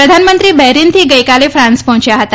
પ્રધાનમંત્રી બહરીનથી ગઈકાલે ફાંસ પહોંચ્યા હતા